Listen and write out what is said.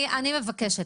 שנייה, אני מבקשת.